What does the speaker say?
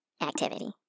activity